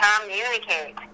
communicate